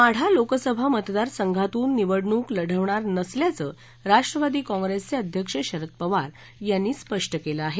माढा लोकसभा मतदारसंघातून निवडणुक लढवणार नसल्याचं राष्ट्रवादी काँप्रेसचे अध्यक्ष शरद पवार यांनी व्यक्त केलं आहे